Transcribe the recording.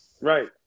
Right